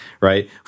right